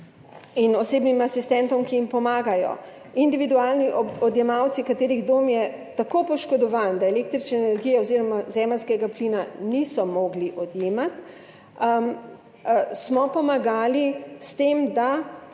in osebnim asistentom, ki jim pomagajo. Individualni odjemalci, katerih dom je tako poškodovan, da električne energije oziroma zemeljskega plina niso mogli odjemati, smo pomagali s tem, da